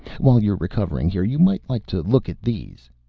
while you're recovering here, you might like to look at these.